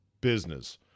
business